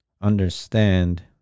understand